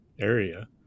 area